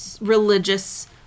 religious